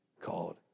called